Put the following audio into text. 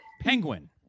Penguin